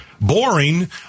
boring